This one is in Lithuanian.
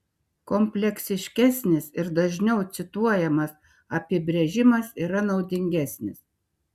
kompleksiškesnis ir dažniau cituojamas apibrėžimas yra naudingesnis